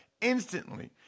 instantly